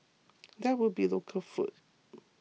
there will be local food